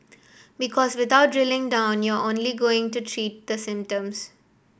because without drilling down you're only going to treat the symptoms